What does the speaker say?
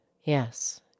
Yes